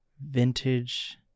Vintage